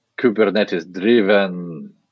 Kubernetes-driven